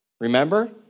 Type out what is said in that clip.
Remember